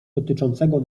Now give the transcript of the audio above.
dotyczącego